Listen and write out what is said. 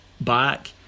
back